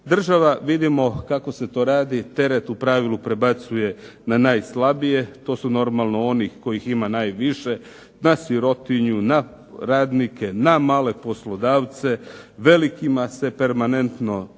Država vidimo kako se to radi teret u pravilu prebacuje na najslabije to su onih kojih ima najviše na sirotinju, na radnike, na male poslodavce, velikima se permanentno podilazi.